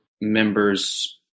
member's